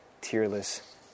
tearless